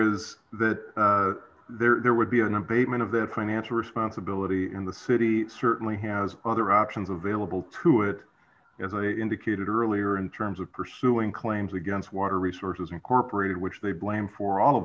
that there would be an abatement of their financial responsibility in the city certainly has other options available to it as i indicated earlier in terms of pursuing claims against water resources incorporated which they blame for all of